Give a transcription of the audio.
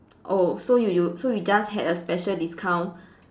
oh so you you so you just had a special discount